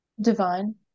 divine